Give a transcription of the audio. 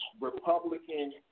Republican